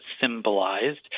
symbolized